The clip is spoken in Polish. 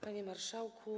Panie Marszałku!